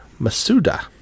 Masuda